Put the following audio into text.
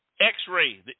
X-ray